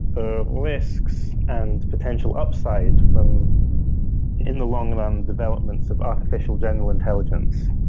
the risks and potential upside from in the long run, developments of artificial general intelligence,